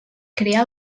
creà